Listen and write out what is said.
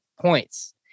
points